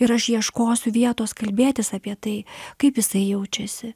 ir aš ieškosiu vietos kalbėtis apie tai kaip jisai jaučiasi